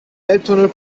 elbtunnel